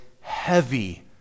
heavy